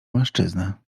mężczyznę